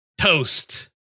toast